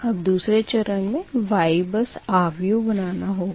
अब दूसरे चरण मे Y बस आव्यूह बनाना होगा